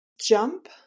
jump